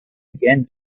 again